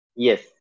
yes